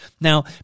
Now